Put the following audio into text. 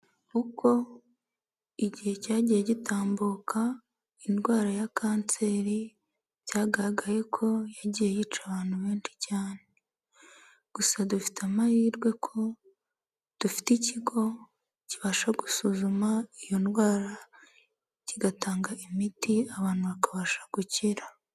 Uko igihe cyagiye gitambuka indwara ya kanseri byagaragaye ko yagiye yica abantu benshi cyane, gusa dufite amahirwe ko dufite ikigo kibasha gusuzuma iyo ndwara kigatanga imiti abantu bakabasha gukira.